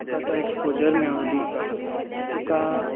तुका तो एक्सपोजर मेळूं दी तुका